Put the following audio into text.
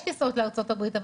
יש טיסות לארצות הברית,